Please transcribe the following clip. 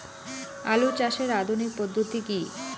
আলু চাষের আধুনিক পদ্ধতি কি?